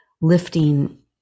lifting